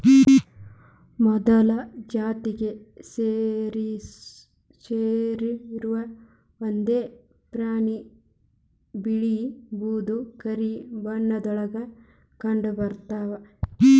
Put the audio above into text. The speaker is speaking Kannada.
ಮೊಲದ ಜಾತಿಗೆ ಸೇರಿರು ಒಂದ ಪ್ರಾಣಿ ಬಿಳೇ ಬೂದು ಕರಿ ಬಣ್ಣದೊಳಗ ಕಂಡಬರತಾವ